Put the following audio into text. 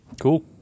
Cool